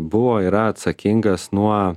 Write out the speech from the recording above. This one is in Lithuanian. buvo yra atsakingas nuo